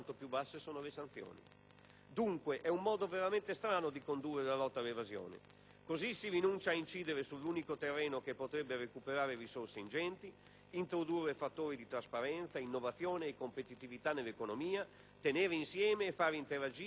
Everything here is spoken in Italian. Dunque è un modo veramente strano di condurre la lotta all'evasione. Così si rinuncia ad incidere sull'unico terreno che potrebbe recuperare risorse ingenti, introdurre fattori di trasparenza, innovazione e competitività nell'economia, tenere insieme e far interagire modernità e civismo.